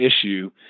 issue